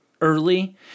early